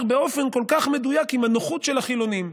באופן כל כך מדויק עם הנוחות של החילונים.